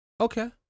Okay